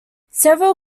several